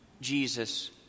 Jesus